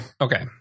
Okay